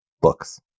books